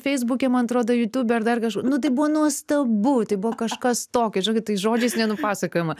feisbuke man atrodo jūtube ar dar kažku nu tai buvo nuostabu tai buvo kažkas tokio žinokit tai žodžiais nenupasakojama